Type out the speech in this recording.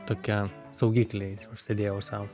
tokia saugikliais užsidėjau sau